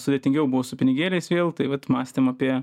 sudėtingiau buvo su pinigėliais vėl tai vat mąstėm apie